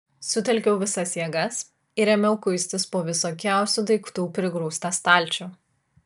sutelkiau visas jėgas ir ėmiau kuistis po visokiausių daiktų prigrūstą stalčių